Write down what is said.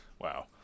Wow